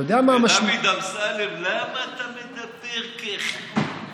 ו"דוד אמסלם, למה אתה מדבר ככה?"